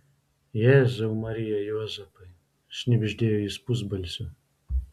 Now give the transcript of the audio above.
jėzau marija juozapai šnibždėjo jis pusbalsiu